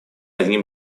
одним